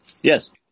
Yes